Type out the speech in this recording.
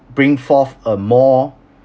bring forth a more